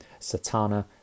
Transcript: Satana